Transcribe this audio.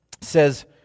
says